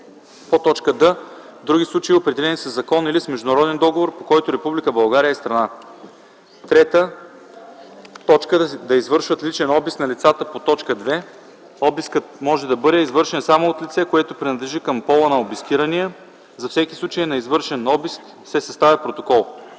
работи; д) в други случаи, определени със закон или с международен договор, по който Република България е страна; 3. да извършват личен обиск на лицата по т. 2; обискът може да бъде извършен само от лице, което принадлежи към пола на обискирания; за всеки случай на извършен обиск се съставя протокол;